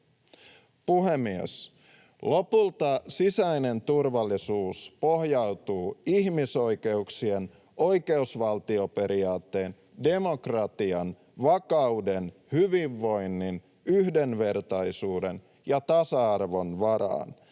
Puhemies! Lopulta sisäinen turvallisuus pohjautuu ihmisoikeuksien, oikeusvaltioperiaatteen, demokratian, vakauden, hyvinvoinnin, yhdenvertaisuuden ja tasa-arvon varaan.